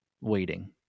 waiting